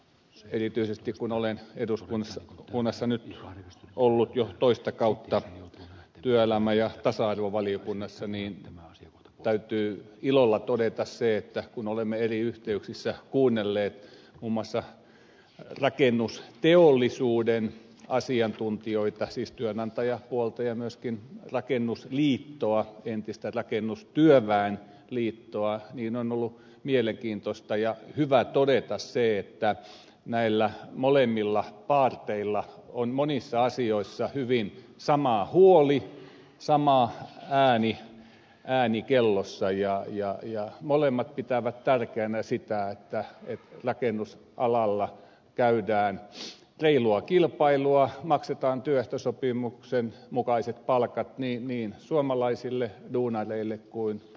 erityisesti kun olen eduskunnassa nyt ollut jo toista kautta työelämä ja tasa arvovaliokunnassa täytyy ilolla todeta se että kun olemme eri yhteyksissä kuunnelleet muun muassa rakennusteollisuuden asiantuntijoita siis työnantajapuolta ja myöskin rakennusliittoa entistä rakennustyöväen liittoa niin on ollut mielenkiintoista ja hyvä todeta se että näillä molemmilla paarteilla on monissa asioissa hyvin sama huoli sama ääni kellossa ja molemmat pitävät tärkeänä sitä että rakennusalalla käydään reilua kilpailua maksetaan työehtosopimuksen mukaiset palkat niin suomalaisille duunareille kuin ulkomaalaisillekin